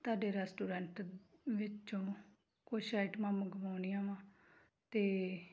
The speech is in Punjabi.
ਤੁਹਾਡੇ ਰੈਸਟੋਰੈਂਟ ਵਿੱਚੋਂ ਕੁਛ ਆਈਟਮਾਂ ਮੰਗਵਾਉਣੀਆਂ ਵਾਂ ਅਤੇ